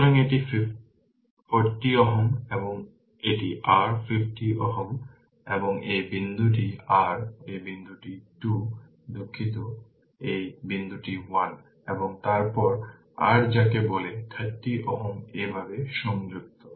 সুতরাং এটি 40 Ω এবং এটি r 50 Ω এবং এই বিন্দুটি r এই বিন্দুটি 2 দুঃখিত এই বিন্দুটি 1 এবং তারপর r যাকে বলে 30 Ω এইভাবে সংযুক্ত